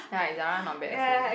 ya Zara not bad also